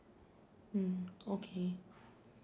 mm okay